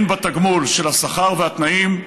הן בתגמול של השכר והתנאים,